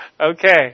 okay